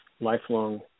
lifelong